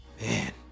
Man